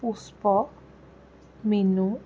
Pushpa Minu